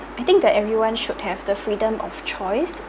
I think that everyone should have the freedom of choice